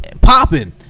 popping